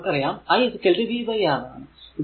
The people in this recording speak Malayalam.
ഇനി നമുക്കറിയാം i vR ആണ്